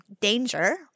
danger